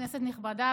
כנסת נכבדה,